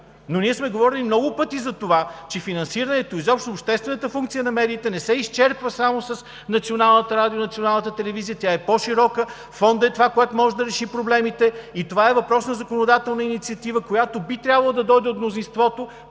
Ние сме говорили много пъти за това, че финансирането, изобщо обществената функция на медиите, не се изчерпва само с Националното радио, Националната телевизия – тя е по-широка. Фондът е това, което може да реши проблемите. Това е въпрос на законодателна инициатива, която би трябвало да дойде от мнозинството,